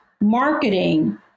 marketing